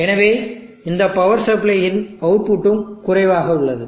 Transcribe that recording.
எனவே இந்த power supply இன் அவுட்புட்டும் குறைவாக உள்ளது